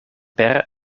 per